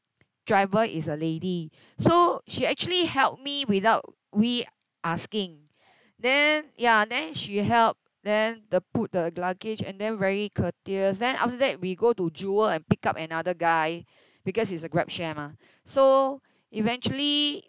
driver is a lady so she actually helped me without we asking then ya then she helped then the put the luggage and then very courteous then after that we go to jewel and pick up another guy because it's a GrabShare mah so eventually